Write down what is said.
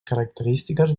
característiques